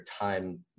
time